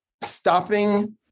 stopping